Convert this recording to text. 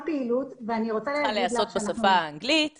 היא צריכה להיעשות בשפה האנגלית